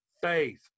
faith